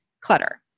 clutter